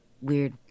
weird